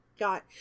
got